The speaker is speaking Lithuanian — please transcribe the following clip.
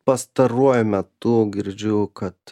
pastaruoju metu girdžiu kad